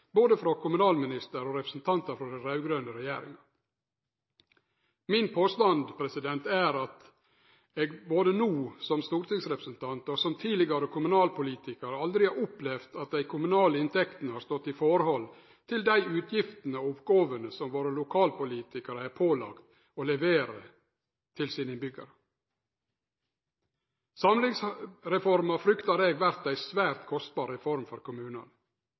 både kommunalministeren og representantane frå den raud-grøne regjeringa. Min påstand er at eg både no som stortingsrepresentant og som tidlegare kommunalpolitikar aldri har opplevd at dei kommunale inntektene har stått i forhold til dei utgiftene og oppgåvene som våre lokalpolitikarar er pålagde å levere til sine innbyggjarar. Samhandlingsreforma fryktar eg vert ei svært kostbar reform for kommunane.